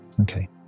Okay